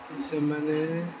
ସେମାନେ